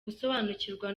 gusobanukirwa